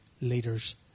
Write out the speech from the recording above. leaders